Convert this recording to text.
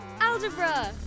Algebra